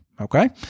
Okay